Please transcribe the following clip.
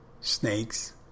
Snakes